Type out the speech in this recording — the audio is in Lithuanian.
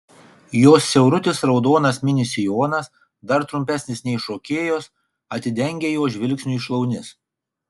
jos siaurutis raudonas mini sijonas dar trumpesnis nei šokėjos atidengia jo žvilgsniui šlaunis